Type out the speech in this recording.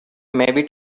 maybe